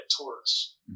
Taurus